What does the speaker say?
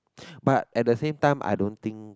but at the same time I don't think